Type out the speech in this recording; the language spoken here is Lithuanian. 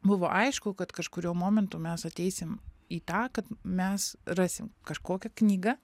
buvo aišku kad kažkuriuo momentu mes ateisim į tą kad mes rasim kažkokią knygą